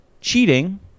cheating